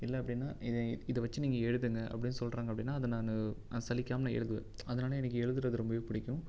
இல்லை அப்படின்னா இதை வச்சு நீங்கள் எழுதுங்க அப்படின்னு சொல்கிறாங்க அப்படின்னா அதை நானும் நான் சலிக்காமல் எழுதுவேன் அதனால் எனக்கு எழுதுகிறது ரொம்பவே பிடிக்கும்